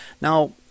Now